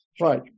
Right